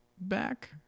back